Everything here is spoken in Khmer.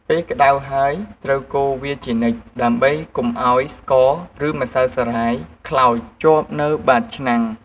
ពេលក្ដៅហើយត្រូវកូរវាជានិច្ចដើម្បីកុំឱ្យស្ករ ឬម្សៅសារាយខ្លោចជាប់នៅបាតឆ្នាំង។